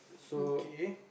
okay